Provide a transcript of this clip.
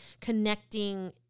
connecting